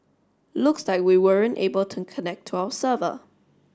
looks like we weren't able to connect to our server